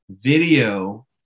video